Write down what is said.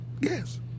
Yes